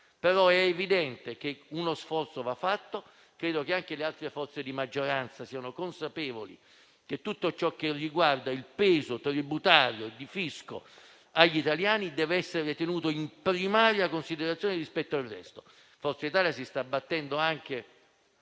però evidente che uno sforzo va fatto. Credo che anche le altre forze di maggioranza siano consapevoli che tutto ciò che riguarda il peso tributario di fisco agli italiani deve essere tenuto in primaria considerazione rispetto al resto. Forza Italia si sta battendo anche